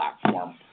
platform